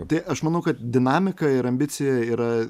tai aš manau kad dinamika ir ambicija yra